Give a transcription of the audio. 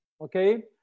okay